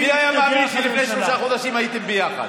מי היה מאמין שלפני שלושה חודשים הייתם ביחד?